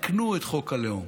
תתקנו את חוק הלאום.